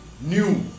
new